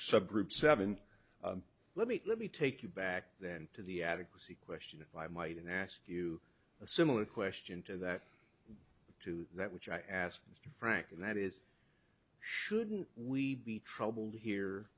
subgroup seven let me let me take you back then to the adequacy question if i might ask you a similar question to that to that which i asked mr frank and that is shouldn't we be troubled here